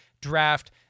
draft